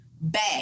back